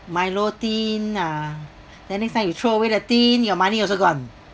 milo tin ah then next time you throw away the tin your money also gone